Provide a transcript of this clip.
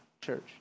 church